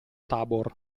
tabor